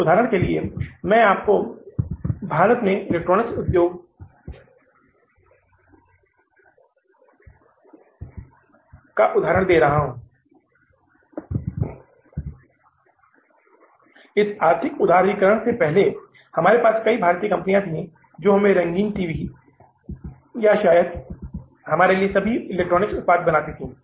उदाहरण के लिए मैं आपको भारत में इलेक्ट्रॉनिक्स उद्योग उदाहरण दे रहा हूं इस आर्थिक उदारीकरण से पहले हमारे पास कई भारतीय कंपनियां थीं जो हमारे लिए रंगीन टीवी या शायद हमारे लिए सभी इलेक्ट्रॉनिक्स उत्पाद बनाती थीं